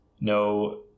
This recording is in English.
no